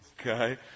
okay